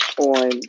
on